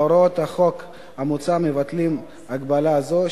הוראות החוק המוצע מבטלות הגבלה זו,